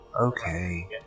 Okay